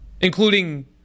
Including